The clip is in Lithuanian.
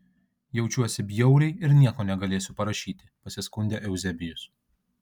jaučiuosi bjauriai ir nieko negalėsiu parašyti pasiskundė euzebijus